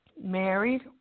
married